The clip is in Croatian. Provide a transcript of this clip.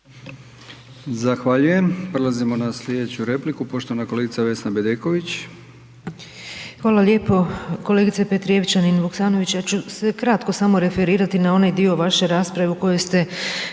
na odgovoru. Prelazimo na slijedeću raspravu, poštovana kolegica Vesna Bedeković,